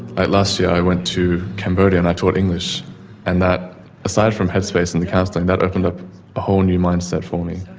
last year i went to cambodia and i taught english and that aside from headspace and the counselling that opened up a whole new mindset for me.